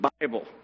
Bible